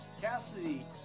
Cassidy